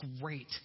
great